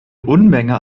unmenge